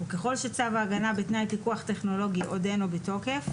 וככל שצו ההגנה בתנאי פיקוח טכנולוגי עודנו בתוקף,